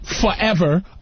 forever